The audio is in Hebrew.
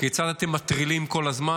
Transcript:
כיצד אתם מטרילים כל הזמן.